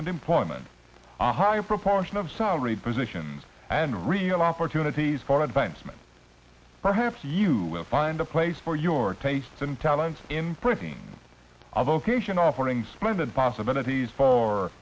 and employment higher proportion of salaried positions and real opportunities for advancement perhaps you will find a place for your tastes and talents imprinting of vocation offering splendid possibilities for